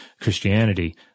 Christianity